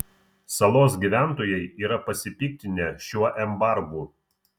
salos gyventojai yra pasipiktinę šiuo embargu